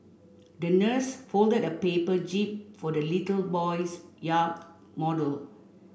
the nurse folded a paper jib for the little boy's yacht model